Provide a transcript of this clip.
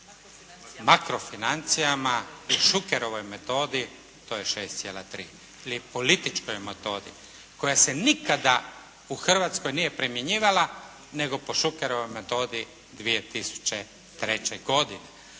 makrofinancijama u Šukerovoj metodi to je 6,3. Ili političkoj metodi koja se nikada u Hrvatskoj nije primjenjivala nego po Šukerovoj metodi 2003. godine.